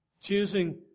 Choosing